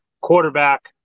Quarterback